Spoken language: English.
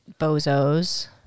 bozos